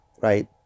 right